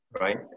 right